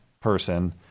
person